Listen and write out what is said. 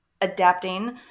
Adapting